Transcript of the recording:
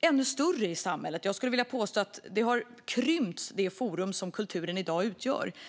ännu större i samhället. Jag skulle vilja påstå att det forum som kulturen i dag utgör har krympts.